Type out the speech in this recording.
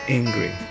angry